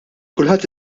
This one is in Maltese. kulħadd